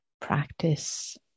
practice